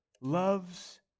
loves